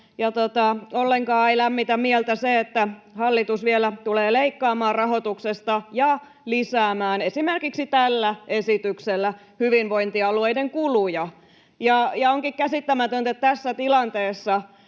Ollenkaan ei lämmitä mieltä se, että hallitus vielä tulee leikkaamaan rahoituksesta ja lisäämään esimerkiksi tällä esityksellä hyvinvointialueiden kuluja. Onkin käsittämätöntä, että tässä tilanteessa